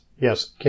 Yes